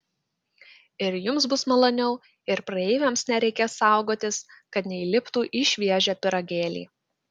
ir jums bus maloniau ir praeiviams nereikės saugotis kad neįliptų į šviežią pyragėlį